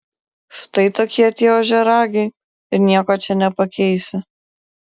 štai tokie tie ožiaragiai ir nieko čia nepakeisi